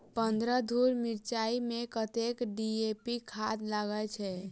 पन्द्रह धूर मिर्चाई मे कत्ते डी.ए.पी खाद लगय छै?